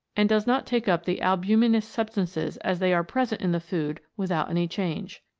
and does not take up the albuminous substances as they are present in the food without any change.